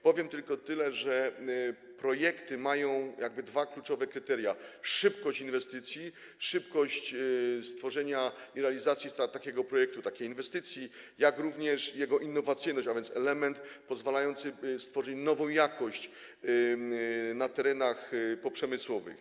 Powiem tylko tyle, że projekty mają dwa kluczowe kryteria: szybkość inwestycji, szybkość stworzenia i realizacji takiego projektu, takiej inwestycji, jak również jego innowacyjność, a więc element pozwalający stworzyć nową jakość na terenach poprzemysłowych.